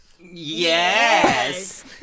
Yes